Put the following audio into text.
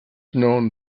known